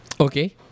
Okay